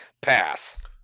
Pass